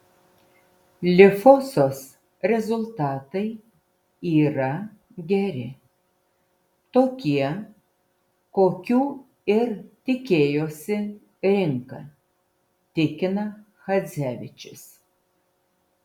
lifosos rezultatai yra geri tokie kokių ir tikėjosi rinka tikina chadzevičius